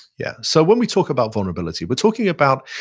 yeah. so when we talk about vulnerability, we're talking about,